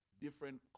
different